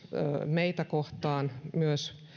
meitä kohtaan